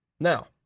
now